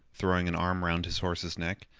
throwing an arm round his horse's neck,